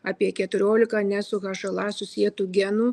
apie keturiolika ne su hla susietų genų